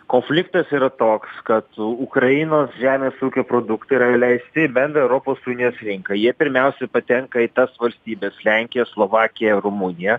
konfliktas yra toks kad ukrainos žemės ūkio produktai yra įleisti į bendrą europos unijos rinką jie pirmiausiai patenka tas valstybes lenkiją slovakiją rumuniją